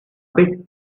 bit